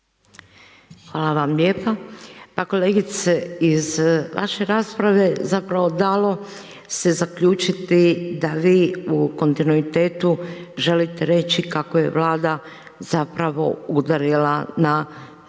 Hvala vam lijepa. Pa kolegice iz vaše rasprave zapravo dalo se zaključiti da vi u kontinuitetu želite reći kako je Vlada zapravo udarila na